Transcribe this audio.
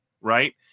right